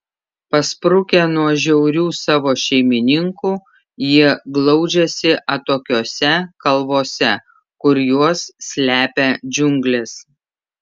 pasprukę nuo žiaurių savo šeimininkų jie glaudžiasi atokiose kalvose kur juos slepia džiunglės